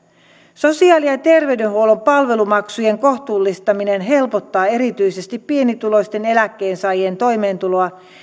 sosiaali ja terveydenhuollon palvelumaksujen kohtuullistaminen helpottaa erityisesti pienituloisten eläkkeensaajien toimeentuloa